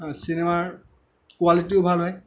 চিনেমাৰ কুৱালিটিও ভাল হয়